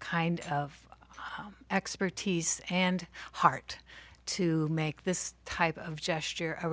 kind of expertise and heart to make this type of gesture a